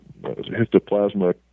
histoplasma